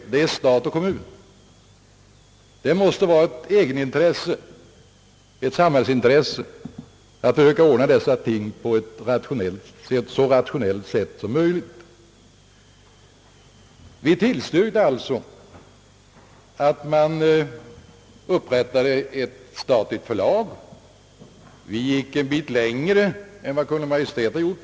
Det måste vara ett samhällsintresse att försöka ordna dessa ting på ett så rationellt sätt som möjligt. Vi tillstyrkte att ett statligt förlag skulle inrättas. Vi gick en bit längre än Kungl. Maj:t.